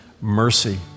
mercy